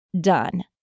done